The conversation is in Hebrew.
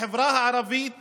בחברה הערבית